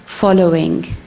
following